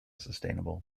sustainable